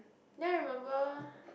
then I remember